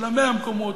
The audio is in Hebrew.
של 100 מקומות,